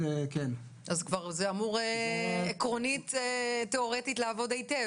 אז כבר זה אמור עקרונית תיאורטית לעבוד היטב,